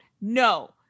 no